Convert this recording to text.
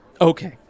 Okay